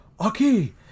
okay